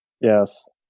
Yes